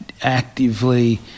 actively